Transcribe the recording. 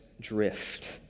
drift